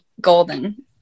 golden